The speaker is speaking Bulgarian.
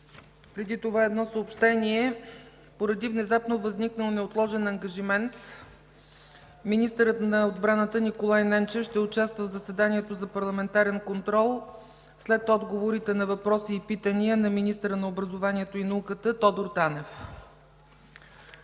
Преди това едно съобщение. Поради внезапно възникнал неотложен ангажимент министърът на отбраната Николай Ненчев ще участва в заседанието за парламентарен контрол след отговорите на въпроси и питания на министъра на образованието и науката Тодор Танев.